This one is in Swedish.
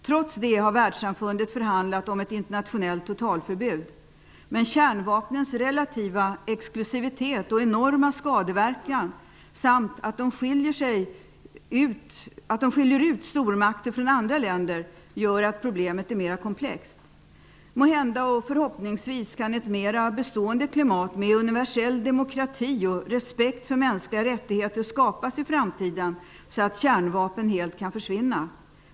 Trots det har världssamfundet förhandlat om ett internationellt totalförbud. Men kärnvapnens relativa exklusivitet och enorma skadeverkan samt att de skiljer ut stormakter från andra länder gör att problemet är mera komplext. Måhända och förhoppningsvis kan ett mera bestående klimat med universell demokrati och respekt för mänskliga rättigheter skapas i framtiden, så att kärnvapnen helt kan försvinna.